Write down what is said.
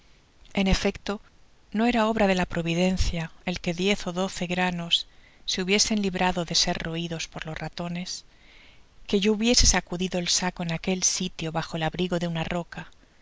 en efecto no era obra de la providencia el que diez ó doce granos se hubiesen librado de ser roidos por los ratones que yo hubiese sacudido el saco en aquel litio bajo el abrigo de na roca